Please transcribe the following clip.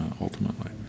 ultimately